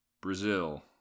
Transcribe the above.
Brazil